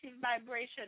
vibration